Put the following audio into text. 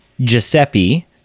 Giuseppe